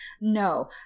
No